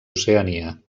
oceania